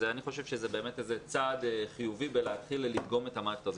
אני חושב שזה איזה צעד חיובי בלהתחיל לדגום את המערכת הזו,